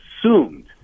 assumed